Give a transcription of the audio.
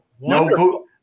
no